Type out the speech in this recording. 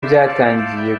byatangiye